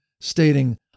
stating